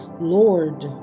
Lord